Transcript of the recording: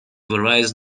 various